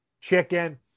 chicken